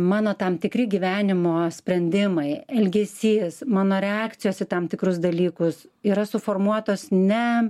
mano tam tikri gyvenimo sprendimai elgesys mano reakcijos į tam tikrus dalykus yra suformuotos ne